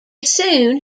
soon